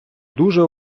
дуже